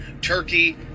Turkey